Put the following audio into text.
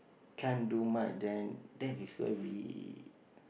can't do much then that is where we